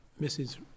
Mrs